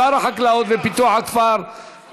שר החקלאות ופיתוח הכפר,